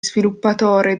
sviluppatore